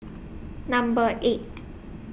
Number eight